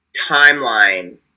timeline